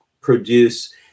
produce